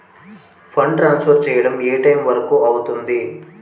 Fund transfer చేయడం ఏ time వరుకు అవుతుంది?